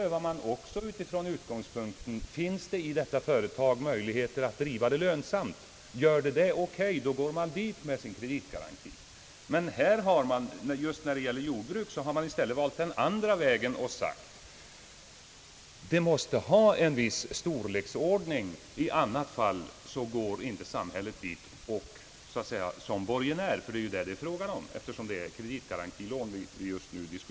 gångspunkten: Finns inom detta företag möjligheter att driva det lönsamt? Finns sådana möjligheter — OK, då får företaget kreditgaranti. Men just när det gäller jordbruk har man i stället valt den andra vägen och sagt: Jordbruket måste ha en viss storlek, ty i annat fall går inte samhället in såsom borgenär. Det är ju detta det är fråga om, eftersom vi just nu diskuterar kreditgarantilån.